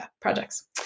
projects